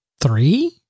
three